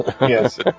yes